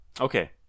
Okay